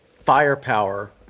firepower